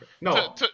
No